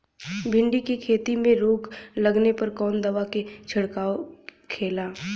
भिंडी की खेती में रोग लगने पर कौन दवा के छिड़काव खेला?